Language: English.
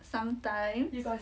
sometimes